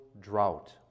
drought